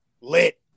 lit